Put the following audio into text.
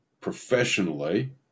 professionally